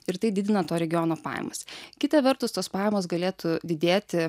ir tai didina to regiono pajamas kita vertus tos pajamos galėtų didėti